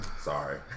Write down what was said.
Sorry